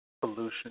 pollution